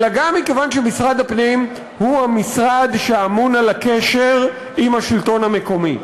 אלא גם מכיוון שמשרד הפנים הוא המשרד שאמון על הקשר עם השלטון המקומי,